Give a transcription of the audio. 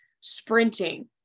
sprinting